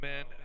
Man